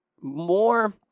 more